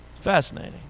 Fascinating